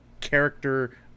character